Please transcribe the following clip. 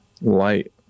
light